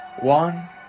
one